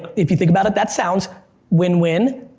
if you think about it that sounds win-win,